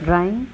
drawing